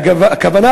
והכוונה